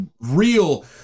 real